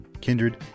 Kindred